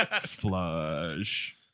Flush